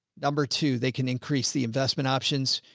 number two, they can increase the investment options.